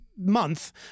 month